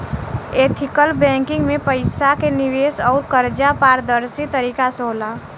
ethical banking में पईसा के निवेश अउर कर्जा पारदर्शी तरीका से होला